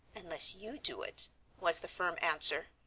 unless you do it was the firm answer.